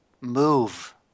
move